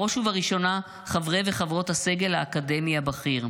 בראש ובראשונה חברי וחברות הסגל האקדמי הבכיר.